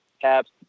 Caps